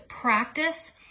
practice